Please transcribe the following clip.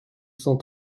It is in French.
cent